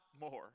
more